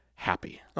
Happy